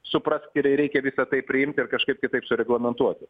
suprask ir reikia visa tai priimti ir kažkaip kitaip sureglamentuoti